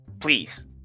please